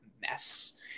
mess